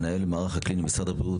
מנהל המערך הקליני במשרד הבריאות.